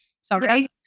Sorry